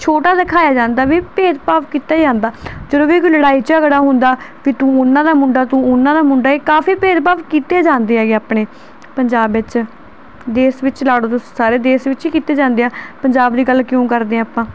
ਛੋਟਾ ਦਿਖਾਇਆ ਜਾਂਦਾ ਵੀ ਭੇਦਭਾਵ ਕੀਤਾ ਜਾਂਦਾ ਜਦੋਂ ਵੀ ਕੋਈ ਲੜਾਈ ਝਗੜਾ ਹੁੰਦਾ ਵੀ ਤੂੰ ਉਹਨਾਂ ਦਾ ਮੁੰਡਾ ਤੂੰ ਉਹਨਾਂ ਦਾ ਮੁੰਡਾ ਇਹ ਕਾਫੀ ਭੇਦਭਾਵ ਕੀਤੇ ਜਾਂਦੇ ਹੈਗੇ ਆਪਣੇ ਪੰਜਾਬ ਵਿੱਚ ਦੇਸ਼ ਵਿੱਚ ਲੜਦੇ ਸਾਰੇ ਦੇਸ਼ ਵਿੱਚ ਕੀਤੇ ਜਾਂਦੇ ਆ ਪੰਜਾਬ ਦੀ ਗੱਲ ਕਿਉਂ ਕਰਦੇ ਹਾਂ ਆਪਾਂ